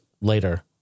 later